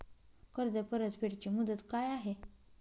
कर्ज परतफेड ची मुदत काय आहे?